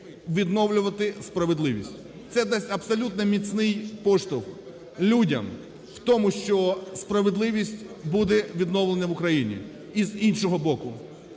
відновлювати справедливість. Це дасть абсолютно міцний поштовх людям в тому, що справедливість буде відновлена в Україні. І, з іншого боку,